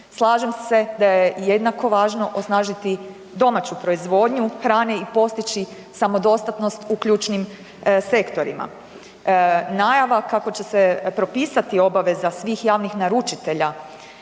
Slažem se da je jednako važno osnažiti domaću proizvodnju hrane i postići samodostatnost u ključnim sektorima. Najava kako će se propisati obaveza svih javnih naručitelja